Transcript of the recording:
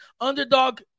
Underdog